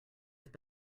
have